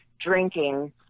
drinking